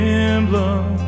emblem